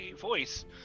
voice